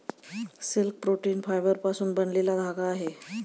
silk protein फायबरपासून बनलेला धागा आहे